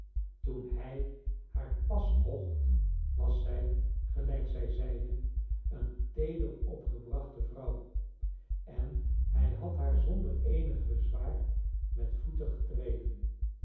toen hij haar pas kocht was zij gelijk zij zeide een teeder opgebrachte vrouw en hij had haar zonder eenig bezwaar met voeten getreden